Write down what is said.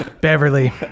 Beverly